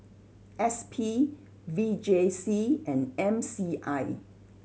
S P V J C and M C I